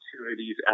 opportunities